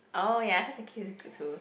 oh ya Charles and Keith is good too